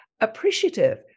appreciative